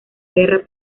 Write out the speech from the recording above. guerra